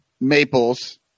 Maples